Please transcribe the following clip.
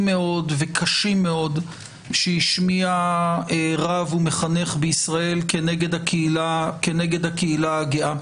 מאוד וקשים מאוד שהשמיע רב ומחנך בישראל כנגד הקהילה הגאה.